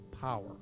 power